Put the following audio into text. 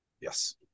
Yes